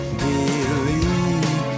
believe